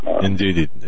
Indeed